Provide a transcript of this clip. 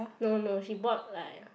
no no she bought like